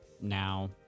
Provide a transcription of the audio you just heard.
now